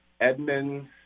Edmonds